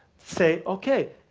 saying, okay,